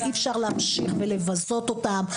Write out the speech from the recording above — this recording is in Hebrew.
אי אפשר להמשיך ולבזות אותן.